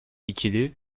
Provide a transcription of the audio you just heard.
i̇kili